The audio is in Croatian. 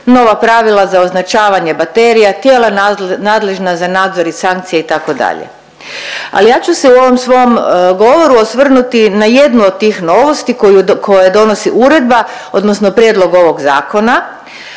nova pravila za označavanje baterija, tijela nadležna za nadzor i sankcije itd., ali ja ću se u ovom svom govoru osvrnuti na jednu od tih novosti koju, koje donosi uredba odnosno prijedlog ovog zakona,